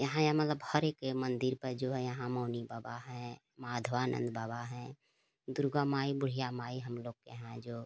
यहाँ यह मतलब हर एक मंदिर पर जो है यहाँ मौनी बाबा हैं माधवानंद बाबा हैं दुर्गा माई बुढ़िया माई हम लोग के यहाँ जो